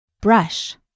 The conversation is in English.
Brush